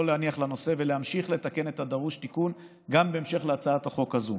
לא להניח לנושא ולהמשיך לתקן את הדרוש תיקון גם בהמשך להצעת החוק הזאת.